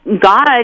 God